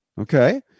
Okay